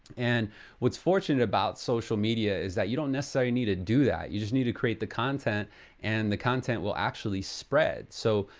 and what's fortunate about social media is that you don't necessarily need to do that. you just need to create the content and the content will actually spread. so,